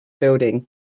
building